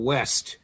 West